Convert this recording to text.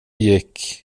gick